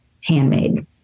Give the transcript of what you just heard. handmade